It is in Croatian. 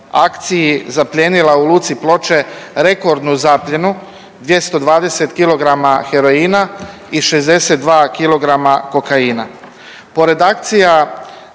akciji zaplijenila u luci Ploče rekordnu zapljenu 220 kg heroina i 62 kg kokaina.